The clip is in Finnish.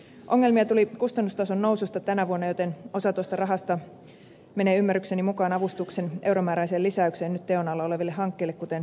ongelmia tuli kustannustason noususta tänä vuonna joten osa tuosta rahasta menee ymmärrykseni mukaan avustuksen euromääräiseen lisäykseen nyt teon alla oleville hankkeille joita esimerkiksi meillä päin ovat pertunmaan kuortti ja kerimäkisavonlinna